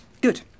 Good